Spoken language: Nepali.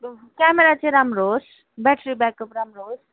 क्यामरा चाहिँ राम्रो होस् ब्याट्री ब्याकअप राम्रो होस्